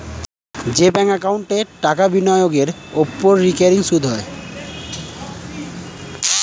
যে ব্যাঙ্ক একাউন্টে টাকা বিনিয়োগের ওপর রেকারিং সুদ হয়